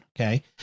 Okay